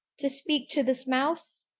to speak to this mouse?